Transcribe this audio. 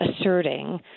asserting